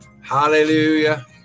hallelujah